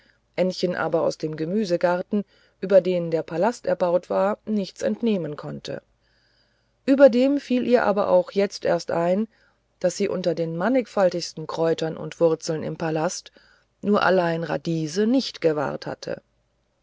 ännchen aber aus dem gemüsegarten über den der palast erbaut war nichts entnehmen konnte überdem fiel ihr aber auch jetzt erst ein daß sie unter den mannigfaltigsten kräutern und wurzeln im palast nur allein radiese nicht gewahrt hatte